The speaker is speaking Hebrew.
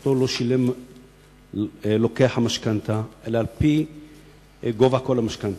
אותו לא שילם לוקח המשכנתה אלא על-פי גובה כל המשכנתה.